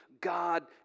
God